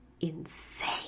insane